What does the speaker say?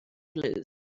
lose